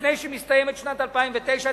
לפני שמסתיימת שנת 2009,